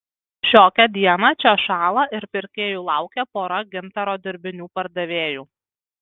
šiokią dieną čia šąla ir pirkėjų laukia pora gintaro dirbinių pardavėjų